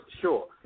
sure